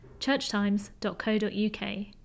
churchtimes.co.uk